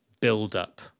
build-up